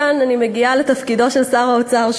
כאן אני מגיעה לתפקידו של שר האוצר,